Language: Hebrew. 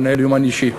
הוא מנהל יומן אישי,